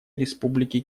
республики